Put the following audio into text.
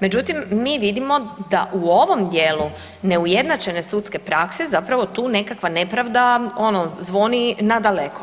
Međutim, mi vidimo da u ovom dijelu neujednačene sudske prakse zapravo tu nekakva nepravda ono zvoni nadaleko